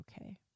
okay